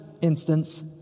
instance